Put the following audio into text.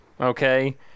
Okay